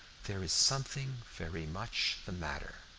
there is something very much the matter.